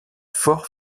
fort